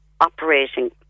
operating